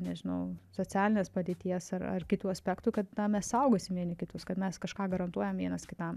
nežinau socialinės padėties ar ar kitų aspektų kad na mes saugosim vieni kitus kad mes kažką garantuojam vienas kitam